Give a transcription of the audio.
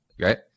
right